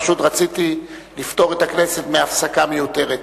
פשוט רציתי לפטור את הכנסת מהפסקה מיותרת.